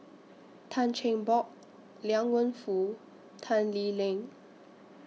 Tan Cheng Bock Liang Wenfu and Tan Lee Leng